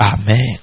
Amen